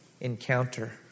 Encounter